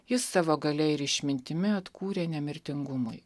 jis savo galia ir išmintimi atkūrė nemirtingumui